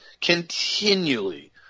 continually –